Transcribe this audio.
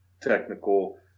technical